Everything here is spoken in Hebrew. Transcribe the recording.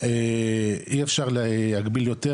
אי אפשר להגביל יותר,